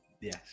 Yes